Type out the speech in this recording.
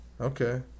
Okay